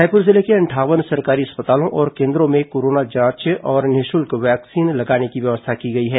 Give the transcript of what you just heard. रायपुर जिले के अंठावन सरकारी अस्पतालों और केन्द्रों में कोरोना जांच और निःशुल्क वैक्सीन लगाने की व्यवस्था की गई है